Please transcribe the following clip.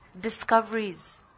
discoveries